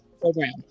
program